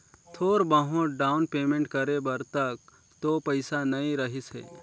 थोर बहुत down payment करे बर तक तो पइसा नइ रहीस हे